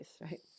right